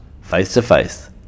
face-to-face